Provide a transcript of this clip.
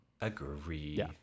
agree